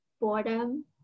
boredom